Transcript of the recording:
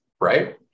right